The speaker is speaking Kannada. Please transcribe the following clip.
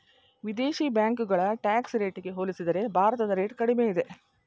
ವಿದೇಶಿ ಬ್ಯಾಂಕುಗಳ ಟ್ಯಾಕ್ಸ್ ರೇಟಿಗೆ ಹೋಲಿಸಿದರೆ ಭಾರತದ ರೇಟ್ ಕಡಿಮೆ ಇದೆ